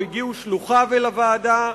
או הגיעו שלוחיו אל הוועדה,